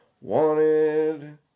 wanted